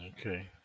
Okay